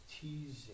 teasing